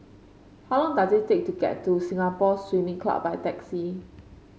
how long does it take to get to Singapore Swimming Club by taxi